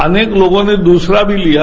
अनेक लोगों ने दूसरा भी लिया